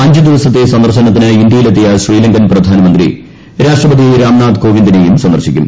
അഞ്ച് ദിവസത്തെ സന്ദർശനത്തിന് ഇന്ത്യയിലെത്തിയ ശ്രീലങ്കൻ പ്രധാനമന്ത്രി രാഷ്ട്രപതി രാംനാഥ് കോവിന്ദിനെയും സന്ദർശിക്കും